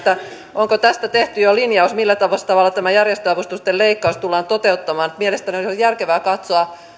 onko tästä tehty jo linjaus millä tavalla tämä järjestöavustusten leikkaus tullaan toteuttamaan mielestäni olisi järkevää